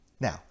Now